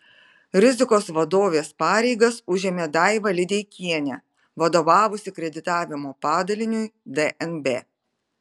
rizikos vadovės pareigas užėmė daiva lideikienė vadovavusi kreditavimo padaliniui dnb